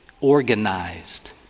organized